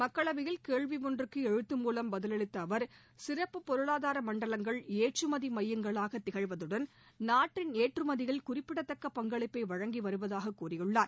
மக்களவையில் கேள்வி ஒன்றுக்கு எழுத்து மூலம் பதிலளித்த அவர் சிறப்பு பொருளாதார மண்டலங்கள் ஏற்றுமதி மையங்களாக திகழ்வதுடன் நாட்டின் ஏற்றுமதியில் குறிப்பிடத்தக்க பங்களிப்பை வழங்கி வருவதாக கூறியுள்ளார்